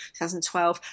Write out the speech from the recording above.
2012